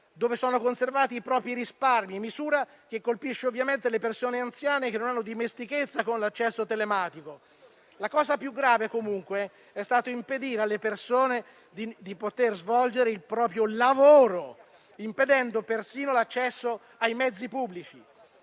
dove sono conservati i propri risparmi, misura che colpisce ovviamente le persone anziane, che non hanno dimestichezza con l'accesso telematico. La cosa più grave, comunque, è stato impedire alle persone di poter svolgere il proprio lavoro, impedendo persino l'accesso ai mezzi pubblici.